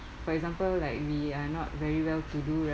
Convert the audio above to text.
for example like we are not very well to do